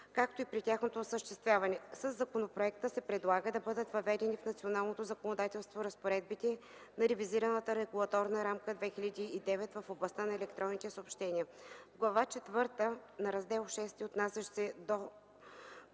както и при тяхното осъществяване. Със законопроекта се предлага да бъдат въведени в националното законодателство разпоредбите на ревизираната Регулаторна рамка 2009 в областта на електронните съобщения. В Глава четвърта на Раздел VI, отнасящ се за